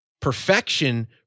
perfection